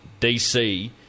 DC